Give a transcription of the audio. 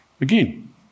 Again